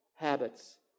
habits